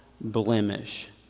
blemish